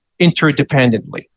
interdependently